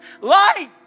Light